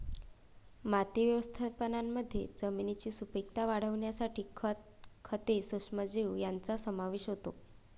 माती व्यवस्थापनामध्ये जमिनीची सुपीकता वाढवण्यासाठी खत, खते, सूक्ष्मजीव यांचा समावेश होतो